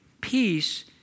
peace